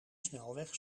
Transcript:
snelweg